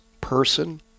person